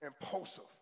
impulsive